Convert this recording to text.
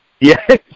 Yes